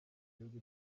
gihugu